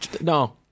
No